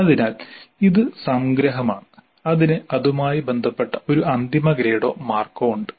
അതിനാൽ ഇത് സംഗ്രഹമാണ് അതിന് അതുമായി ബന്ധപ്പെട്ട ഒരു അന്തിമ ഗ്രേഡോ മാർക്കോ ഉണ്ട്